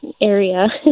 area